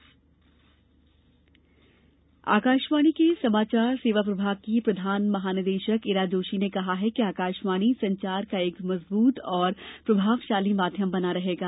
digital सम्मेलन आकाशवाणी के समाचार सेवा प्रभाग की प्रधान महानिदेशक इरा जोशी ने कहा है कि आकाशवाणी संचार का एक मजबूत और प्रभावशाली माध्यम बना रहेगा